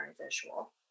visual